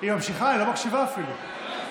היא ממשיכה, היא לא מקשיבה אפילו.